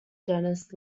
denis